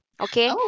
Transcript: Okay